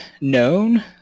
known